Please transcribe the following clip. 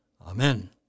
Amen